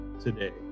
today